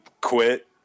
quit